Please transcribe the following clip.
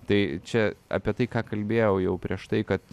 tai čia apie tai ką kalbėjau jau prieš tai kad